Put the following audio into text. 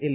L